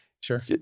Sure